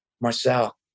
Marcel